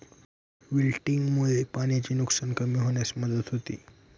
विल्टिंगमुळे पाण्याचे नुकसान कमी होण्यास मदत होते